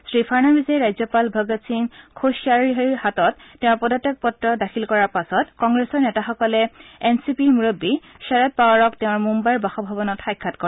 শ্ৰীফাড়নাবিছে ৰাজ্যপাল ভগত সিং কোধ্য়াৰীৰ হাতত তেওঁৰ পদত্যাগ পত্ৰ দাখিল কৰাৰ পাছত কংগ্ৰেছৰ নেতাসকলে এন চি পিৰ মুৰববী শাৰদ পাৱাৰক তেওঁৰ মুয়াইৰ বাসভৱনত সাক্ষাৎ কৰে